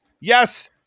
Yes